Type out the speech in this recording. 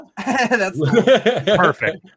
perfect